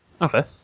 Okay